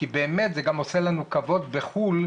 כי זה גם עושה לנו כבוד בחו"ל,